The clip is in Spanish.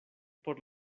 por